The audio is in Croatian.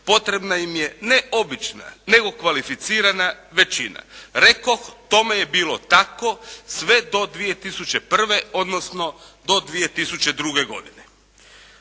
potrebna im je ne obična nego kvalificirana većina. Rekoh tome je bilo tako sve do 2001. odnosno do 2002. godine.